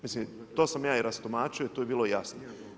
Mislim, to sam ja i rastumačio i tu je bilo jasno.